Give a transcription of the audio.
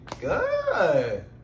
Good